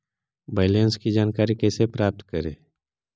Balance की जानकारी कैसे प्राप्त करे?